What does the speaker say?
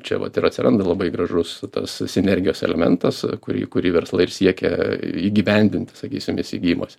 čia vat ir atsiranda labai gražus tas sinergijos elementas kurį kurį verslai ir siekia įgyvendinti sakysim įsigijimuose